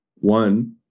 One